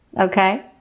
Okay